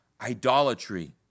idolatry